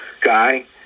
guy